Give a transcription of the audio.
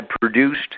produced